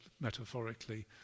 metaphorically